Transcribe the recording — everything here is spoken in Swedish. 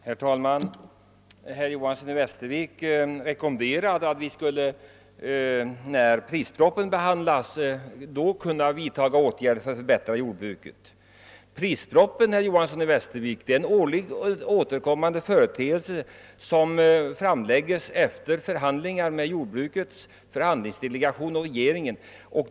Herr talman! Herr Johanson i Västervik rekommenderade att vi när prispropositionen behandlas skulle vidta åtgärder för att förbättra jordbrukets lönsamhet. Men, herr Johanson i Västervik, prispropositionen är en årligen återkommande företeelse som framläggs efter förhandlingar mellan jordbrukets förhandlingsdelegation och regeringen.